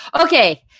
okay